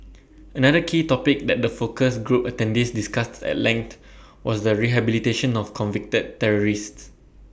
another key topic that the focus group attendees discussed at length was the rehabilitation of convicted terrorists